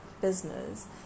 business